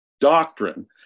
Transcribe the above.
doctrine